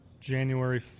January